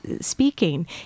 speaking